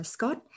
Scott